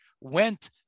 went